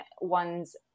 one's